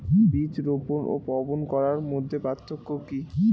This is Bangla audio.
বীজ রোপন ও বপন করার মধ্যে পার্থক্য কি?